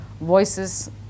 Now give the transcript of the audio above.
voices